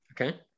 Okay